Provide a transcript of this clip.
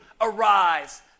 arise